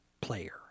player